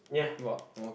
ya